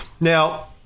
Now